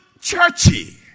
churchy